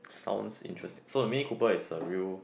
sounds interesting so Mini Cooper is a real